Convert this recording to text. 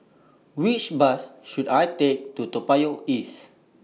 Which Bus should I Take to Toa Payoh East